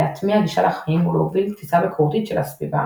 להטמיע גישה לחיים ולהוביל לתפיסה ביקורתית של הסביבה,